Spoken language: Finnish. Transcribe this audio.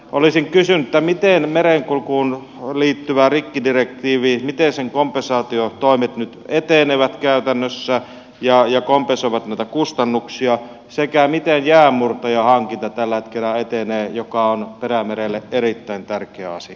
olisin kysynyt miten merenkulkuun liittyvän rikkidirektiivin kompensaatiotoimet nyt etenevät käytännössä ja kompensoivat näitä kustannuksia sekä miten tällä hetkellä etenee jäänmurtajahankinta joka on perämerelle erittäin tärkeä asia